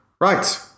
Right